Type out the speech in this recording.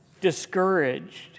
Discouraged